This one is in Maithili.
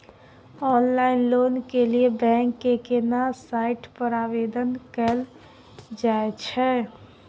ऑनलाइन लोन के लिए बैंक के केना साइट पर आवेदन कैल जाए छै?